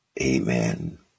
Amen